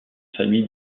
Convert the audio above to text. famille